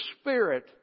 Spirit